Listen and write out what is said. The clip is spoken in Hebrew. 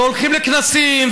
והולכים לכנסים,